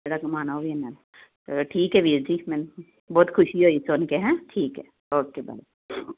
ਜਿਹੜਾ ਕਮਾਉਣਾ ਉਹ ਵੀ ਇਨ੍ਹਾਂ ਦਾ ਠੀਕ ਹੈ ਵੀਰ ਜੀ ਮੈਨੂੰ ਬਹੁਤ ਖੁਸ਼ੀ ਹੋਈ ਸੁਣ ਕੇ ਹੈਂ ਠੀਕ ਹੈ ਓਕੇ ਬਾਏ